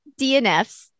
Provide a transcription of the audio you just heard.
DNFs